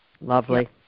Lovely